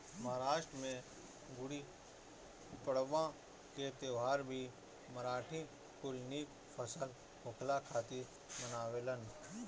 महाराष्ट्र में गुड़ीपड़वा के त्यौहार भी मराठी कुल निक फसल होखला खातिर मनावेलन